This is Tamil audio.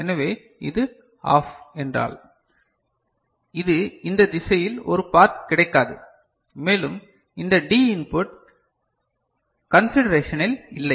எனவே இது OFF என்றால் இது இந்த திசையில் ஒரு பாத் கிடைக்காது மேலும் இந்த D இன்புட் கண்சிடறேஷனில் இல்லை